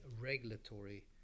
regulatory